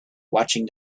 watching